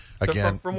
Again